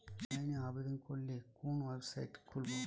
অনলাইনে আবেদন করলে কোন ওয়েবসাইট খুলব?